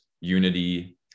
unity